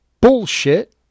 bullshit